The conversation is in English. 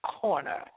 corner